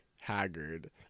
Haggard